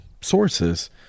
sources